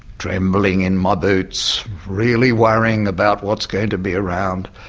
trembling in my boots. really worrying about what's going to be around.